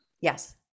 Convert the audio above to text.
Yes